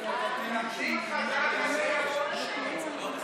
חברת הכנסת דיסטל, שבי בבקשה במקומך.